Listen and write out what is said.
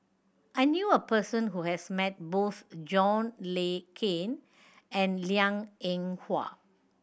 I knew a person who has met both John Le Cain and Liang Eng Hwa